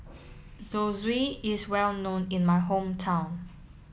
Zosui is well known in my hometown